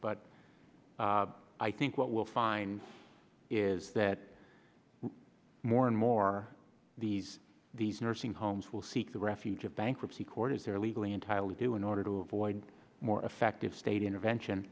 but i think what we'll find is that more and more these these nursing homes will seek the refuge of bankruptcy court as they're legally entitled to do in order to avoid more effective state intervention